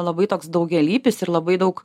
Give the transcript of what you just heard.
labai toks daugialypis ir labai daug